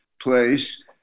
place